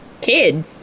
Kid